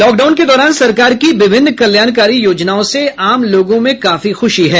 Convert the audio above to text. lockdown के दौरान सरकार की विभिन्न कल्याणकारी योजनाओं से आम लोगों में काफी खुशी है